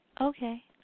okay